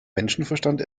menschenverstand